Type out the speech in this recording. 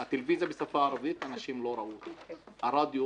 את הטלוויזיה בשפה הערבית אנשים לא ראו לפני הקמת התאגיד.